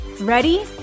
Ready